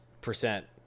percent